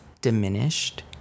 diminished